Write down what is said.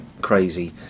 crazy